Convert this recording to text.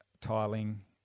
tiling